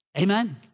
Amen